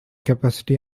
capacity